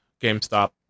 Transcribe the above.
gamestop